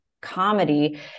comedy